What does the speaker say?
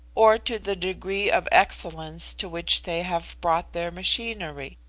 or to the degree of excellence to which they have brought their machinery.